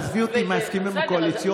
עזבי אותי מההסכמים הקואליציוניים.